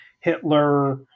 Hitler